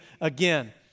again